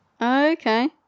Okay